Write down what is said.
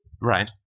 Right